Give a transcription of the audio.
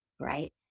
right